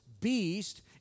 beast